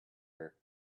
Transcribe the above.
her